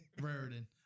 Raritan